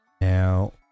Now